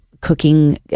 cooking